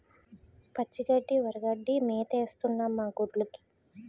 పచ్చి గడ్డి వరిగడ్డి మేతేస్తన్నం మాగొడ్డ్లుకి